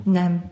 nem